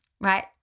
right